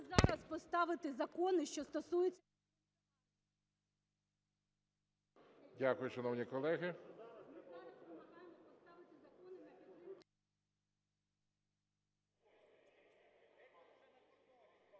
Дякую, шановні колеги.